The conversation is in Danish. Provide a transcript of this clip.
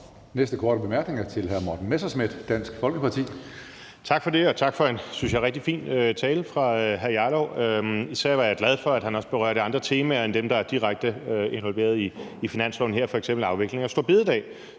næste korte bemærkning er til hr. Morten Messerschmidt, Dansk Folkeparti. Kl. 14:51 Morten Messerschmidt (DF): Tak for det, og tak for en, synes jeg, rigtig fin tale af hr. Rasmus Jarlov. Især var jeg glad for, at han også berørte andre temaer end dem, der er direkte involveret i finansloven her, f.eks. afviklingen af store bededag,